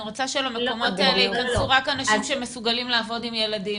אני רוצה שלמקומות האלה יופנו רק אנשים שמסוגלים לעבוד עם ילדים.